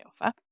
offer